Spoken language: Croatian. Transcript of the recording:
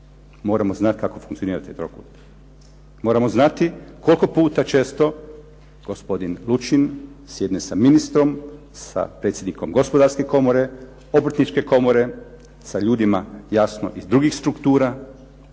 moramo znati kako funkcionira taj trokut. Moramo znati koliko puta često gospodin Lučin sjedne sa ministrom, sa predsjednikom Gospodarske komore, Obrtničke komore sa ljudima jasno iz drugih struktura